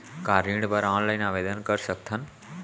का ऋण बर ऑनलाइन आवेदन कर सकथन?